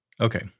Okay